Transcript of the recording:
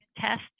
test